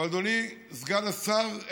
אדוני סגן השר,